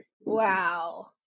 Wow